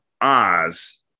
Oz